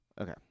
Okay